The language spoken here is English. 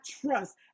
trust